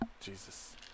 Jesus